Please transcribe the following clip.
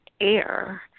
air